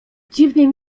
dziwnie